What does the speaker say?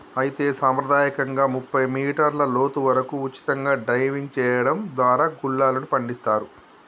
అయితే సంప్రదాయకంగా ముప్పై మీటర్ల లోతు వరకు ఉచితంగా డైవింగ్ సెయడం దారా గుల్లలను పండిస్తారు